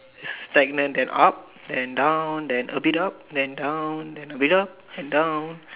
it's stagnant then up then down then a bit up then down then a bit up and down